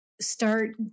start